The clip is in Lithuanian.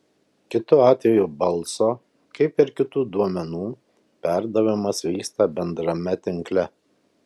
kitu atveju balso kaip ir kitų duomenų perdavimas vyksta bendrame tinkle